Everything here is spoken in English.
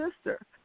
sister